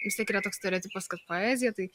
susikuria toks stereotipas kad poezija tai